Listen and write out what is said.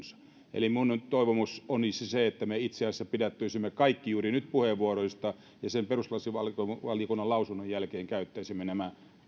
eli minun toivomukseni olisi se että me itse asiassa pidättyisimme kaikki juuri nyt puheenvuoroista ja sen perustuslakivaliokunnan mietinnön jälkeen käyttäisimme nämä